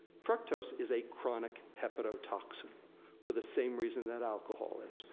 fructose is a chronic hepatotoxin for the same reason that alcohol is.